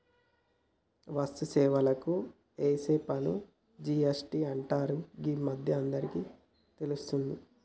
వస్తు సేవలకు ఏసే పన్నుని జి.ఎస్.టి అంటరని గీ మధ్యనే అందరికీ తెలుస్తాంది